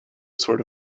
sort